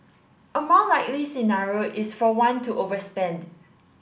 a more likely scenario is for one to overspend